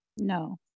No